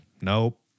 nope